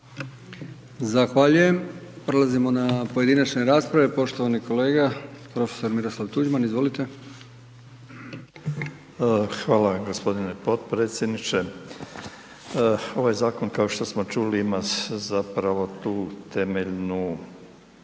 Zahvaljujem. Prelazimo na pojedinačne rasprave, poštovani kolega profesor Miroslav Tuđman. Izvolite. **Tuđman, Miroslav (HDZ)** Hvala gospodine podpredsjedniče. Ovaj Zakon kao što smo čuli ima zapravo tu temeljnu